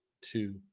two